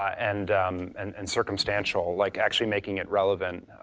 and and and circumstantial, like actually making it relevant.